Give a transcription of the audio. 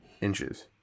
inches